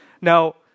Now